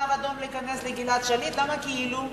למה כאילו?